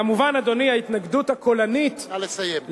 כמובן, אדוני, ההתנגדות הקולנית, נא לסיים.